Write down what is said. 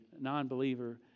non-believer